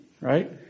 Right